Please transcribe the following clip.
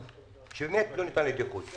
זה לא ניתן לדיחוי.